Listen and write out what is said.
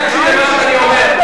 ותקשיב למה שאני אומר,